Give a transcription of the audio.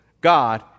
God